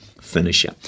finisher